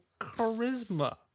charisma